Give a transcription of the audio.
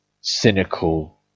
cynical